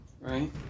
Right